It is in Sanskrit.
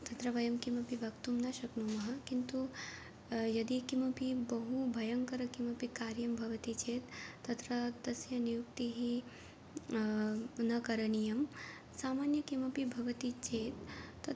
तत्र वयं किमपि वक्तुं न शक्नुमः किन्तु यदि किमपि बहु भयङ्करं किमपि कार्यं भवति चेत् तत्र तस्य नियुक्तिः न करणीयं सामान्यः किमपि भवति चेत् तत्